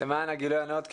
למען הגילוי הנאות,